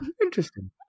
interesting